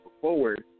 forward